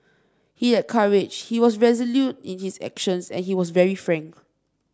he had courage he was resolute in his actions and he was very frank